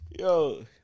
Yo